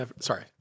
Sorry